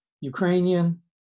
Ukrainian